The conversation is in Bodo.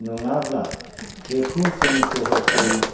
नङाब्ला बेखौ जों सहसै